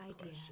idea